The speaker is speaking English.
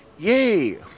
Yay